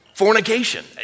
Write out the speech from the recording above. Fornication